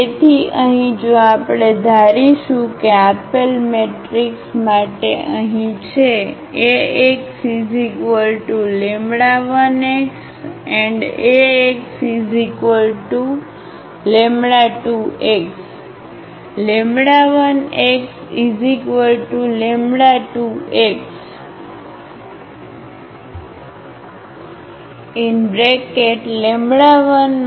તેથી અહીં જો આપણે ધારીશું કે આપેલ મેટ્રિક્સ માટે અહીં છે